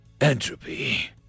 entropy